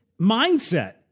mindset